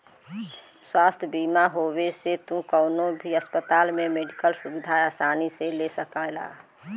स्वास्थ्य बीमा होये से तू कउनो भी अस्पताल में मेडिकल सुविधा आसानी से ले सकला